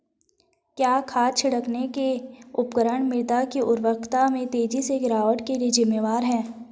क्या खाद छिड़कने के उपकरण मृदा की उर्वरता में तेजी से गिरावट के लिए जिम्मेवार हैं?